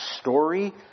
story